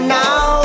now